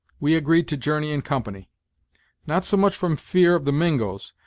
we agreed to journey in company not so much from fear of the mingos,